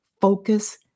focus